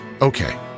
okay